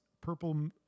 purple